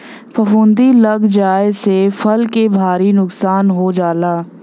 फफूंदी लग जाये से फसल के भारी नुकसान हो जाला